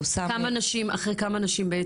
אחרי כמה נשים?